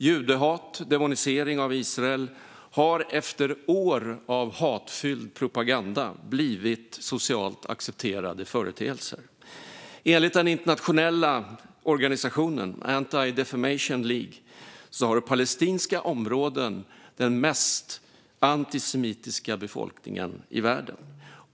Judehat och demonisering av Israel har efter år av hatfylld propaganda blivit socialt accepterade företeelser. Enligt den internationella organisationen Anti-Defamation League har palestinska områden den mest antisemitiska befolkningen i världen.